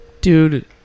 dude